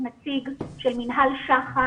נציג של מינהל שח"א,